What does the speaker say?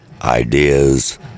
ideas